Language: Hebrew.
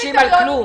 מתעקשים על כלום.